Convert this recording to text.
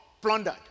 plundered